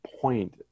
point